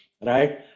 right